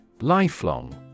Lifelong